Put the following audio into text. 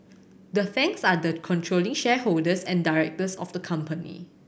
the Tangs are the controlling shareholders and directors of the company